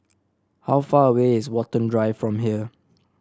how far away is Watten Drive from here